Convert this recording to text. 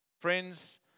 Friends